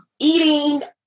Eating